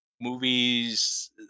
movies